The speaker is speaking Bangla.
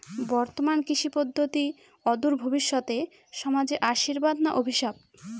বর্তমান কৃষি পদ্ধতি অদূর ভবিষ্যতে সমাজে আশীর্বাদ না অভিশাপ?